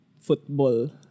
football